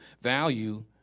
value